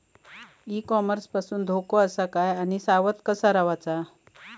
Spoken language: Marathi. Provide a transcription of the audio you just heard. ई कॉमर्स पासून धोको आसा काय आणि सावध कसा रवाचा?